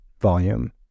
volume